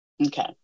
Okay